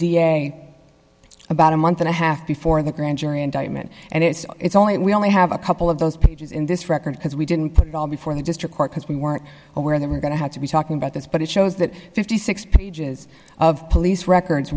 a about a month and a half before the grand jury indictment and it's it's only we only have a couple of those pages in this record because we didn't put it all before the district court because we weren't aware they were going to have to be talking about this but it shows that fifty six dollars pages of police records